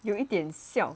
有一点笑